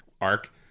arc